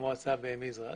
במועצה במזרע.